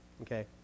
okay